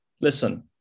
listen